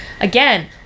Again